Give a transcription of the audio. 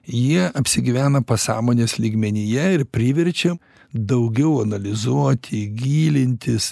jie apsigyvena pasąmonės lygmenyje ir priverčia daugiau analizuoti gilintis